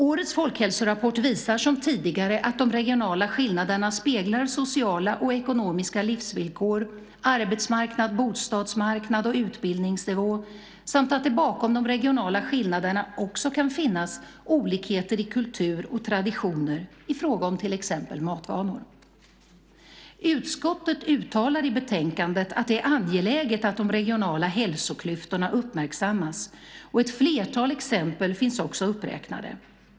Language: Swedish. Årets folkhälsorapport visar som tidigare att de regionala skillnaderna speglar sociala och ekonomiska livsvillkor, arbetsmarknad, bostadsmarknad och utbildningsnivå samt att det bakom de regionala skillnaderna också kan finnas olikheter i kultur och traditioner, till exempel i fråga om matvanor. Utskottet uttalar i betänkandet att det är angeläget att de regionala hälsoklyftorna uppmärksammas, och ett flertal exempel finns också uppräknade.